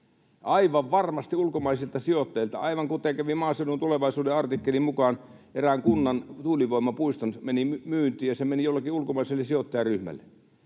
Aivan varmasti ulkomaisilta sijoittajilta, aivan kuten kävi Maaseudun Tulevaisuuden artikkelin mukaan: erään kunnan tuulivoimapuisto meni myyntiin, ja se meni jollekin ulkomaiselle sijoittajaryhmälle.